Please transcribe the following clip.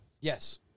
Yes